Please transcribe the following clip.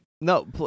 No